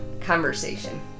conversation